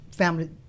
family